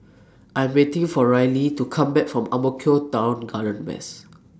I'm waiting For Ryley to Come Back from Ang Mo Kio Town Garden West